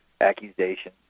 accusation